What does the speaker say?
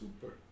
Super